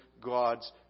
God's